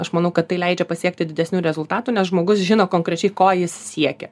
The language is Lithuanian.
aš manau kad tai leidžia pasiekti didesnių rezultatų nes žmogus žino konkrečiai ko jis siekia